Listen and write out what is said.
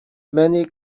many